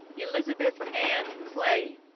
elizabeth ann clay,